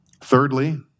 Thirdly